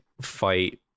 fight